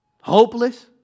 hopeless